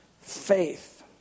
faith